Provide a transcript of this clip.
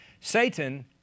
Satan